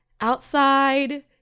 outside